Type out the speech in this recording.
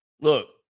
Look